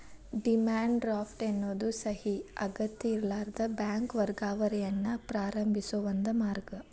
demand draft ಎನ್ನೋದು ಸಹಿ ಅಗತ್ಯಇರ್ಲಾರದ ಬ್ಯಾಂಕ್ ವರ್ಗಾವಣೆಯನ್ನ ಪ್ರಾರಂಭಿಸೋ ಒಂದ ಮಾರ್ಗ